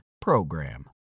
PROGRAM